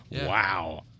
Wow